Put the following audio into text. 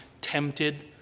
tempted